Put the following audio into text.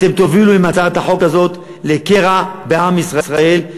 אתם תובילו עם הצעת החוק הזאת לקרע בעם ישראל,